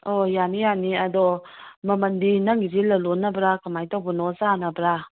ꯑꯣ ꯌꯥꯅꯤ ꯌꯥꯅꯤ ꯑꯗꯣ ꯃꯃꯜꯗꯤ ꯅꯪꯒꯤꯁꯤ ꯂꯂꯣꯟꯅꯕ꯭ꯔꯥ ꯀꯃꯥꯏꯅ ꯇꯧꯕꯅꯣ ꯆꯥꯅꯕ꯭ꯔꯥ